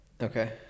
Okay